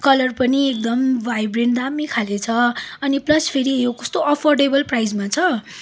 colour पनि एकदम vibrant दामी खालको छ अनि प्लस फेरि यो कस्तो अफोर्डेबल प्राइजमा छ